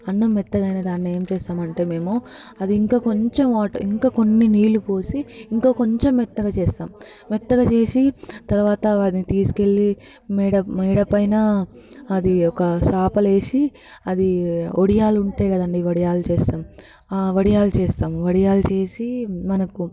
అన్నం మెత్తగైన దానిని ఏం చేస్తామంటే మేము అదింకా కొంచెం వాటర్ ఇంకా కొంచెం నీళ్ళు పోసి ఇంకా కొంచెం మెత్తగా చేస్తాము మెత్తగా చేసి తరువాత వాటిని తీసుకెళ్ళి మేడ మేడ పైన అది ఒక చాపలో వేసి అది వడియాలు ఉంటాయి కదండీ వడియాలు చేస్తాము ఆ వడియాలు చేస్తాము వడియాలు చేసి మనకు